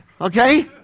okay